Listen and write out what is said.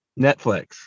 Netflix